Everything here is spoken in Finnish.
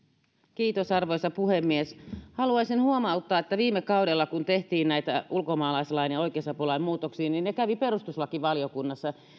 meri arvoisa puhemies haluaisin huomauttaa että viime kaudella kun tehtiin näitä ulkomaalaislain ja oikeusapulain muutoksia ne kävivät perustuslakivaliokunnassa